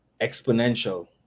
exponential